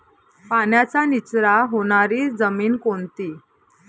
पाण्याचा निचरा होणारी जमीन कोणती?